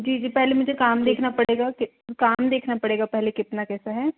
जी जी पहले मुझे काम देखना पड़ेगा कि काम देखना पड़ेगा पहले कितना कैसा है